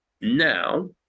now